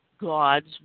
God's